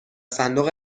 صندوق